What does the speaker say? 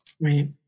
Right